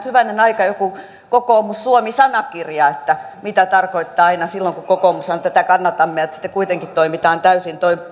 hyvänen aika joku kokoomus suomi sanakirja että mitä se aina silloin tarkoittaa kun kokoomus sanoo että tätä kannatamme ja sitten kuitenkin toimitaan täysin